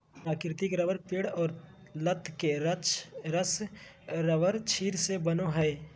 प्राकृतिक रबर पेड़ और लत के रस रबरक्षीर से बनय हइ